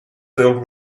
filled